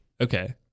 Okay